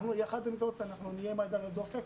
יחד עם זאת אנחנו נהיה היד על הדופק.